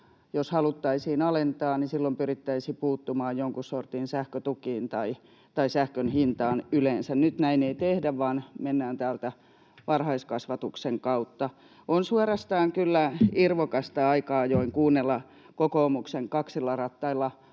haluttaisiin alentaa, niin silloin pyrittäisiin puuttumaan jonkun sortin sähkötukiin tai sähkön hintaan yleensä. Nyt näin ei tehdä vaan mennään täältä varhaiskasvatuksen kautta. On suorastaan kyllä irvokasta aika-ajoin kuunnella kokoomuksen kaksilla rattailla